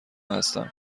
هستم